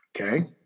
okay